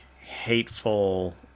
hateful